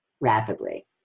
rapidly